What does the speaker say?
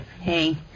Hey